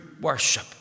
worship